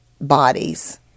bodies